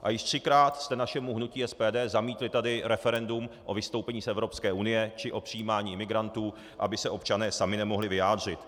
A již třikrát jste našemu hnutí SPD zamítli tady referendum o vystoupení z Evropské unie či o přijímání imigrantů, aby se občané sami nemohli vyjádřit.